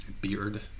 Beard